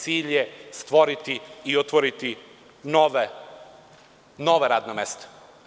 Cilj je stvoriti i otvoriti nova radna mesta.